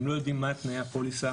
הם לא יודעים מהם תנאי הפוליסה